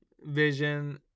vision